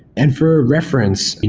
and for reference,